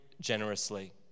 generously